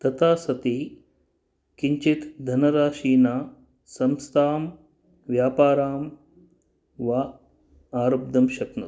तथा सति किञ्चित् धनराशीना संस्थां व्यापारं वा आरब्धुं शक्नोति